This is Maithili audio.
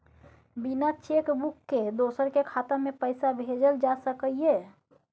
बिना चेक बुक के दोसर के खाता में पैसा भेजल जा सकै ये?